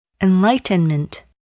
Enlightenment